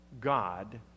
God